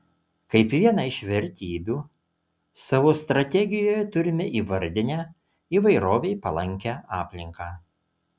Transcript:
kaip vieną iš vertybių savo strategijoje turime įvardinę įvairovei palankią aplinką